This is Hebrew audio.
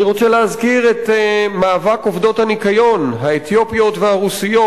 אני רוצה להזכיר את מאבק עובדות הניקיון האתיופיות והרוסיות,